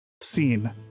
scene